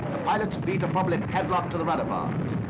pilots feed the public padlocks to the rudder bars.